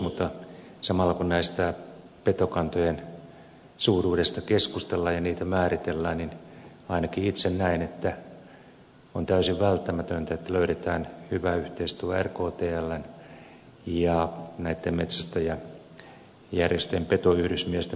mutta samalla kun näiden petokantojen suuruudesta keskustellaan ja niitä määritellään ainakin itse näen että on täysin välttämätöntä että löydetään hyvä yhteistyö rktln ja näitten metsästäjäjärjestöjen petoyhdysmiesten muodostaman tassu järjestelmän kanssa